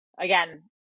again